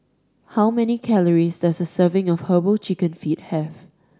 how many calories does a serving of Herbal Chicken Feet have